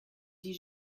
dit